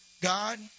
God